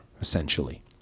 essentially